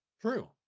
True